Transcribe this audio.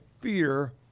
fear